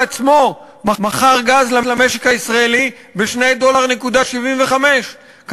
עצמו מכר גז למשק הישראלי ב-2.75 דולר,